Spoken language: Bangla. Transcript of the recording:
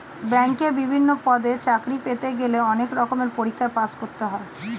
ব্যাংকে বিভিন্ন পদে চাকরি পেতে গেলে অনেক রকমের পরীক্ষায় পাশ করতে হয়